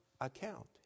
account